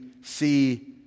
see